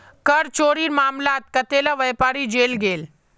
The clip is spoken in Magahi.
कर चोरीर मामलात कतेला व्यापारी जेल गेल